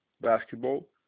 basketball